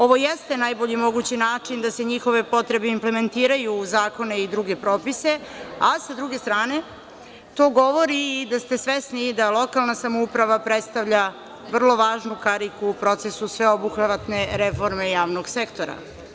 Ovo jeste najbolji mogući način da se njihove potrebe implementiraju u zakone i druge propise, a sa druge strane to govori i da ste svesni da lokalna samouprava predstavlja vrlo važnu kariku u procesu sveobuhvatne reforme javnog sektora.